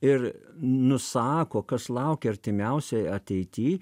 ir nusako kas laukia artimiausioj ateity